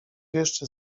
jeszcze